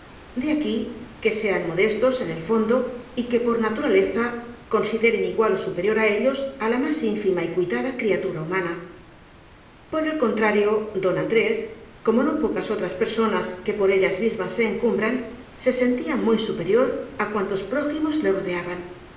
de aquí que sean modestos en el fondo y que por naturaleza consideren igual ó superior á ellos á la más ínfima y cuitada criatura humana por el contrario don andrés como no pocas otras perso nas que por ellas mismas se encumbran se sentía muy superior á cuantos prójimos le rodeaban